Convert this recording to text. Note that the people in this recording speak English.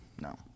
No